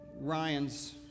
Ryan's